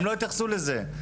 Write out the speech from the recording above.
הם לא יתייחסו לזה.